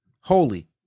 Holy